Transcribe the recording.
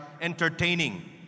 entertaining